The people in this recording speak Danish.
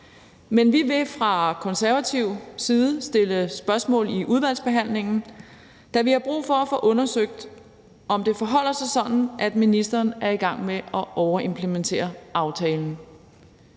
men vi vil fra Konservatives side stille spørgsmål under udvalgsbehandlingen, da vi har brug for at få undersøgt, om det forholder sig sådan, at ministeren er i gang med at overimplementere aftalen.